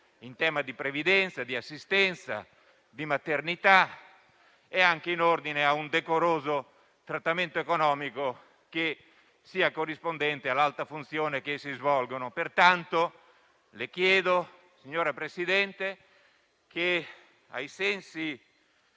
in tema di previdenza, assistenza e maternità e anche in ordine a un decoroso trattamento economico che sia corrispondente all'alta funzione che essi svolgono. Pertanto, signora Presidente, le chiedo